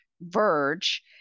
verge